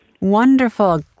Wonderful